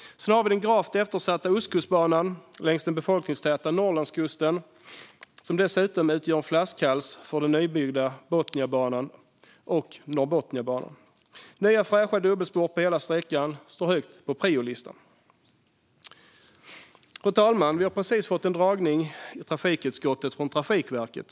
Sedan har vi den gravt eftersatta Ostkustbanan längs den befolkningstäta Norrlandskusten. Den utgör dessutom en flaskhals för den nybyggda Botniabanan och Norrbotniabanan. Nya fräscha dubbelspår på hela sträckan står högt på priolistan. Fru talman! Vi har precis fått en föredragning i trafikutskottet från Trafikverket.